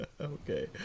Okay